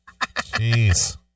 Jeez